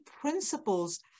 principles